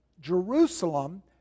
Jerusalem